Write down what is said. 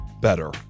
better